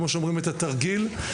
כמו שאומרים: התרגיל,